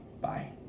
bye